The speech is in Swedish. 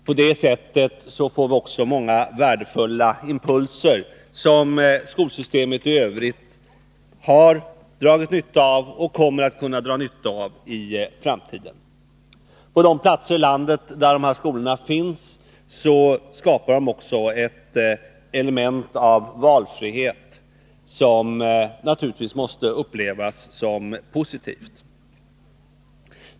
På det sättet får vi också många värdefulla impulser, som skolsystemet i övrigt har dragit nytta av och kommer att kunna dra nytta av i framtiden. På de platser i landet där dessa skolor finns skapar de ett element av valfrihet, som naturligtvis måste upplevas som positivt.